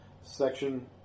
section